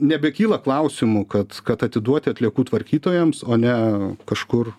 nebekyla klausimų kad kad atiduoti atliekų tvarkytojams o ne kažkur